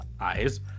eyes